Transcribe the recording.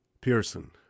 Pearson